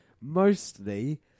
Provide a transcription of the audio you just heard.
Mostly